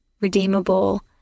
redeemable